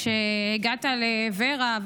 כשהגעת לוור"ה,